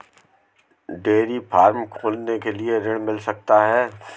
Dairy farm खोलने के लिए ऋण मिल सकता है?